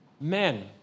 Men